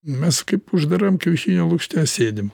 mes kaip uždaram kiaušinio lukšte sėdim